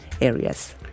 areas